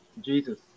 Jesus